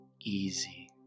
easy